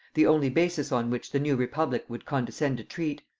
the only basis on which the new republic would condescend to treat.